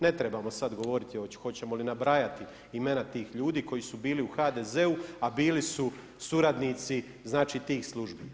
Ne trebamo sada govoriti, hoćemo li nabrajati imena tih ljudi koji su bili u HDZ-u a bili su suradnici znači tih službi.